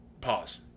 pause